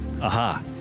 Aha